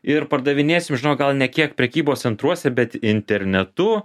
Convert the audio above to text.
ir pardavinėsim žinok gal ne kiek prekybos centruose bet internetu